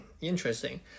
interesting